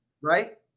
Right